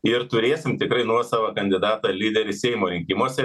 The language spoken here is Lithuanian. ir turėsim tikrai nuosavą kandidatą lyderį seimo rinkimuose